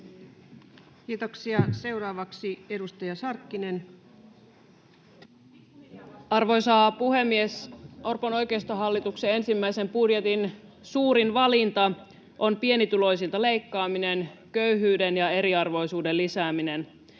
täydentämisestä Time: 11:19 Content: Arvoisa puhemies! Orpon oikeistohallituksen ensimmäisen budjetin suurin valinta on pienituloisilta leikkaaminen, köyhyyden ja eriarvoisuuden lisääminen.